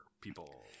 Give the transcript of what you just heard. people